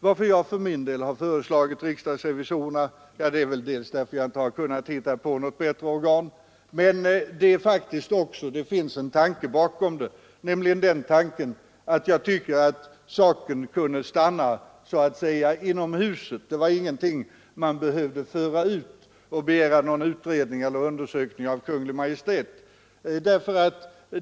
Att jag för min del valt att föreslå riksdagsrevisorerna som utredningsmän beror dels på att jag inte kunnat hitta något annat organ, dels på att jag anser att saken kunde stanna så att säga inom huset. Jag ansåg att detta inte var en fråga där vi behövde begära en utredning av Kungl. Maj:t.